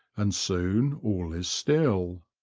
and soon all is still.